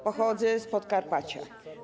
Pochodzę z Podkarpacia.